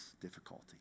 difficulty